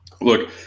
look